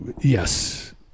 Yes